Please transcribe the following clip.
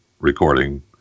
recording